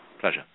Pleasure